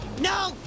No